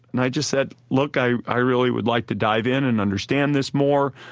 and i just said, look, i i really would like to dive in and understand this more.